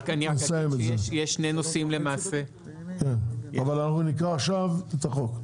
ונסיים את זה, אבל אנחנו נקרא עכשיו את החוק.